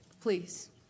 Please